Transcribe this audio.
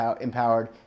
empowered